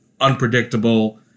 unpredictable